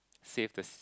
save the s~